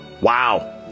Wow